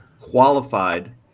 qualified